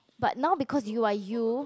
but now because you are you